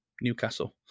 newcastle